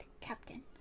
captain